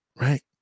right